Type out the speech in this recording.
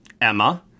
emma